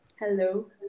Hello